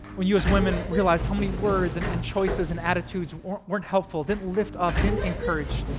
when you as women realize how many words and and choices and attitudes weren't weren't helpful, didn't lift up, didn't encourage,